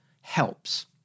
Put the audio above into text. helps